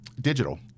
digital